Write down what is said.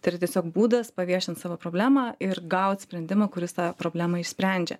tai yra tiesiog būdas paviešint savo problemą ir gaut sprendimą kuris tą problemą išsprendžia